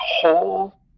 whole